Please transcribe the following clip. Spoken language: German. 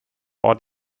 ort